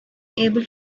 able